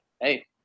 hey